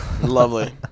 Lovely